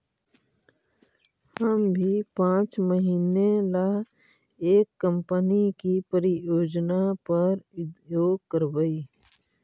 हम भी पाँच महीने ला एक कंपनी की परियोजना पर उद्योग करवई